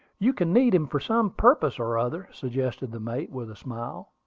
you can need him for some purpose or other, suggested the mate, with a smile.